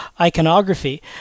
iconography